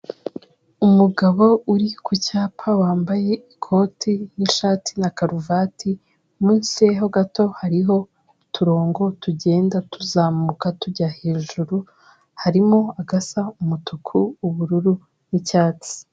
Umugabo uri ku cyapa wambaye ikoti n'ishati na karuvati, munsi ye ho gato hariho uturongo tugenda tuzamuka tujya hejuru, harimo agasa umutuku, ubururu n'icyatsi.